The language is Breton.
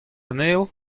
anezho